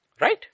Right